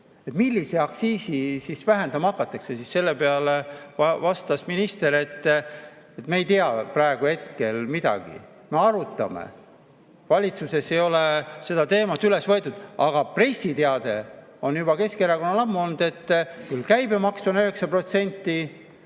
millist aktsiisi vähendama hakatakse. Selle peale vastas minister, et me ei tea praegu midagi, me arutame, valitsuses ei ole seda teemat üles võetud. Aga pressiteade oli Keskerakonnal juba ammu, et küll on käibemaks 9%,